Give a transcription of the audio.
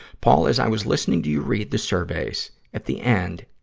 paul, as i was listening to you read the surveys, at the end,